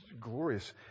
glorious